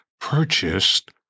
purchased